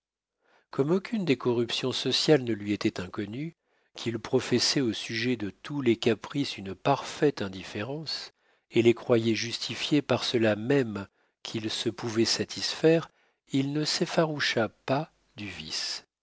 comme aucune des corruptions sociales ne lui était inconnue qu'il professait au sujet de tous les caprices une parfaite indifférence et les croyait justifiés par cela même qu'ils se pouvaient satisfaire il ne s'effaroucha pas du vice